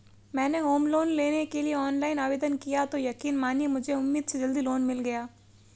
मैंने home loan लेने के लिए ऑनलाइन आवेदन किया तो यकीन मानिए मुझे उम्मीद से जल्दी लोन मिल गया